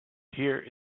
here